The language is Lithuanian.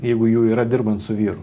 jeigu jų yra dirbant su vyru